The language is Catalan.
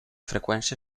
freqüència